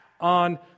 on